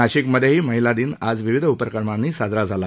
नाशिकमध्येही महिला दिन आज विविध उपक्रमांनी साजरा केला